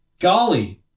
Golly